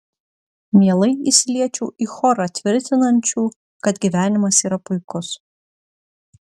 mielai įsiliečiau į chorą tvirtinančių kad gyvenimas yra puikus